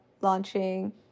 launching